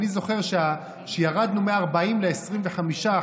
אני זוכר שירדנו מ-40% ל-25%,